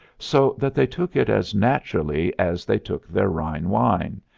so that they took it as naturally as they took their rhine wine,